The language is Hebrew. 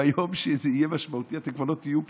ביום שזה יהיה משמעותי, אתם כבר לא תהיו פה.